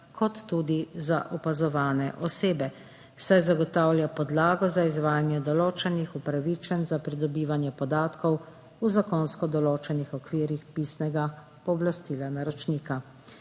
kot tudi za opazovane osebe, saj zagotavlja podlago za izvajanje določenih upravičenj za pridobivanje podatkov v zakonsko določenih okvirih pisnega pooblastila naročnika.